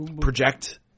project